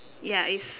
ya it's